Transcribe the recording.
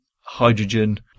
Hydrogen